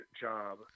job